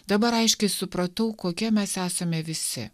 dabar aiškiai supratau kokie mes esame visi